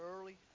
early